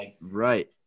Right